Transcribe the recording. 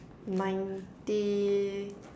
ninety